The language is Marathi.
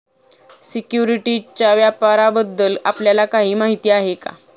सिक्युरिटीजच्या व्यापाराबद्दल आपल्याला काही माहिती आहे का?